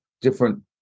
different